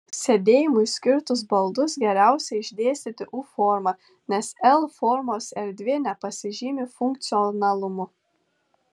sėdėjimui skirtus baldus geriausia išdėstyti u forma nes l formos erdvė nepasižymi funkcionalumu